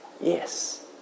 Yes